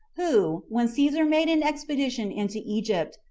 who, when caesar made an expedition into egypt,